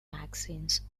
magazines